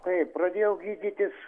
taip pradėjau gydytis